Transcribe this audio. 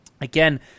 again